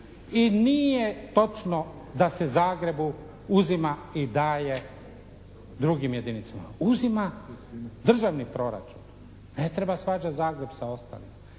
i nije točno da se Zagrebu uzima i daje drugim jedinicama uzima državni proračun. Ne treba svađati Zagreb sa ostalima.